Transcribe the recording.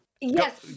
Yes